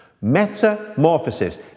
Metamorphosis